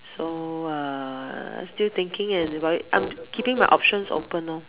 so uh still thinking about it I'm keeping my options open loh mm